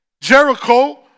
Jericho